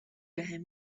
بهم